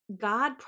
God